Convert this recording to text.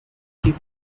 keep